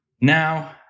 now